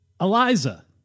Eliza